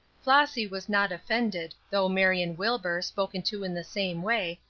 flossy was not offended, though marion wilbur, spoken to in the same way,